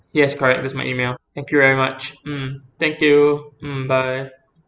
yes correct that's my email thank you very much mm thank you mm bye